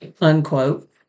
unquote